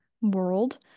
world